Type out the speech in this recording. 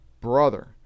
brother